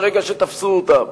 ברגע שתפסו אותם,